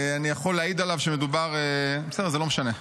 אני יכול להעיד עליו שמדובר, בסדר, זה לא משנה: